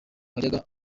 wajyaga